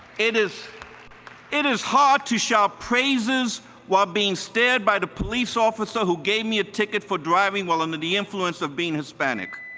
it is it is hard to shout praises while being stared at by the police officer who gave me a ticket for driving while under the influence of being hispanic.